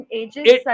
ages